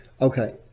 Okay